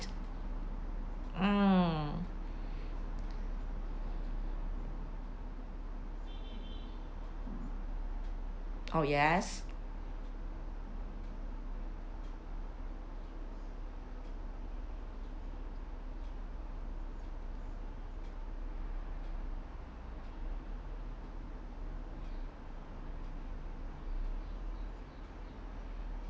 mm oh yes